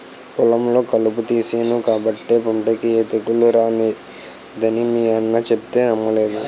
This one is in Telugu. పొలంలో కలుపు తీసేను కాబట్టే పంటకి ఏ తెగులూ రానేదని మీ అన్న సెప్తే నమ్మలేదు